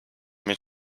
mit